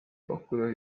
pakkuda